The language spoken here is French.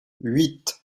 huit